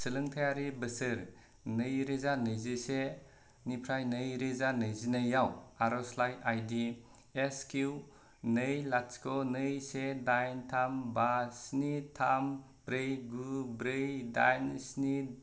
सोलोंथायारि बोसोर नैरोजा नैजि से निफ्राय नैरोजा नैजिनै आव आर'जलाइ आइ डि एस किउ नै लाथिख' नै से दाइन थाम बा स्नि थाम ब्रै गु ब्रै दाइन स्नि